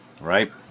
right